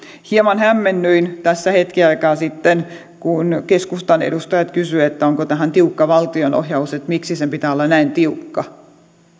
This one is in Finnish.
hieman hämmennyin tässä hetki aikaa sitten kun keskustan edustajat kysyivät onko tähän tiukka valtionohjaus ja miksi sen pitää olla näin tiukka